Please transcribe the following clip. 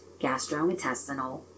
gastrointestinal